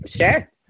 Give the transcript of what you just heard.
Sure